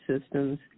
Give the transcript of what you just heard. systems